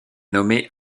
nommé